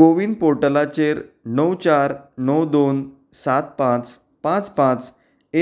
कोविन पोर्टलाचेर णव चार णव दोन सात पांच पांच पांच